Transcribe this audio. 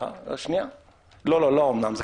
האם את